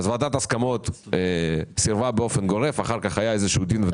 ועדת ההסכמות סירבה באופן גורף ואחר כך היה איזשהו דין ודברים.